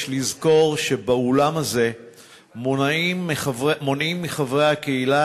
יש לזכור שבאולם הזה מונעים מחברי הקהילה